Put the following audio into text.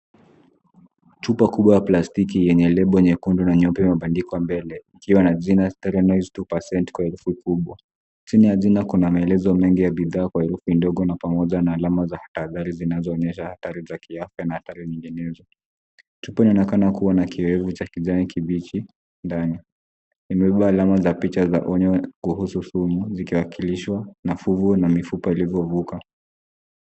Chupa kubwa ya plastiki yenye lebo nyekundu na nyeupe imebandikwa mbele ikiwa na jina sterelized 2% kwa herufi kubwa. Chini ya jina kuna maelezo mengi ya bidhaa kwa herufi ndogo na pamoja na alama za tahadhari zinazoonyesha athari za kiafya na athari nyinginezo. Chupa inaonekana kuwa na kiyoyozi cha kijani kibichi ndani. Imebeba alama za picha za onyo kuhusu sumu zikiwakilishwa na fuvu na mifupa ilivovuka.